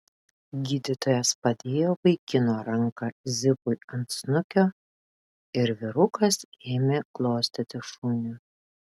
gydytojas padėjo vaikino ranką zipui ant snukio ir vyrukas ėmė glostyti šunį